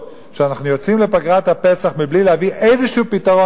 שאנחנו יוצאים לפגרת הפסח מבלי להביא איזשהו פתרון,